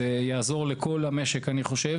אני חושב שזה יעזור לכל המשק.